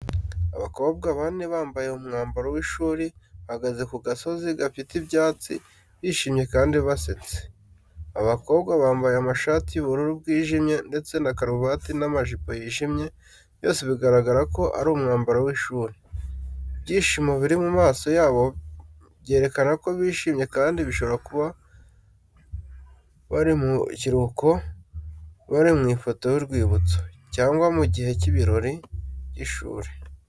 Abakobwa bane bambaye umwambaro w’ishuri bahagaze ku gasozi gafite ibyatsi bishimye kandi basetse. Aba bakobwa bambaye amashati y’ubururu bw’ijimye ndetse na karuvati n'amajipo y’ijimye, byose bigaragara ko ari umwambaro w’ishuri. Ibyishimo biri mu maso yabo byerekana ko bishimye kandi bishobora kuba bari mu kiruhuko bari mu ifoto y’urwibutso, cyangwa mu gihe cy’ibirori by’ishuri.